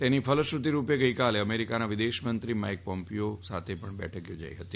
તેની ફલશ્રુતિ રૂપે ગઈકાલે અમેરિકાના વિદેશ મંત્રી માઈક પોમ્પીઓ સાથે બેઠક યોજાઈ હતી